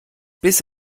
biss